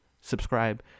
subscribe